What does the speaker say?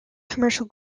commercial